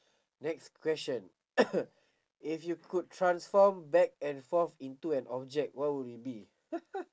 next question if you could transform back and forth into an object what would it be